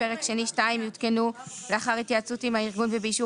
פרק שני1 יותקנו לאחר התייעצות עם הארגון ובאישור